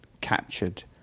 captured